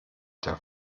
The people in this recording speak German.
der